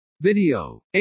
Video